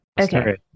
Okay